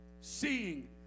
Seeing